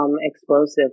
explosive